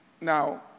Now